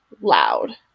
loud